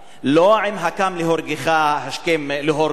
לא עם: הקם להורגך השכם להורגו,